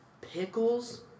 pickles